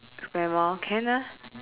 square mall can ah